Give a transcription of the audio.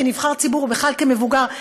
כנבחר ציבור ובכלל כמבוגר,